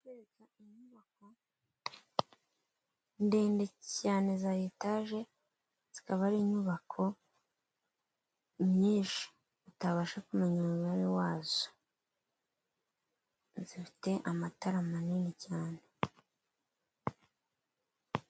Ndende cyane ya etaje, zikaba ari inyubako nyinshi utabasha kumenya umubare wazo zifite amatara manini cyane.